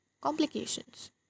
Complications